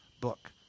book